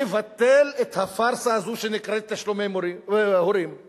לבטל את הפארסה הזאת שנקראת "תשלומי הורים";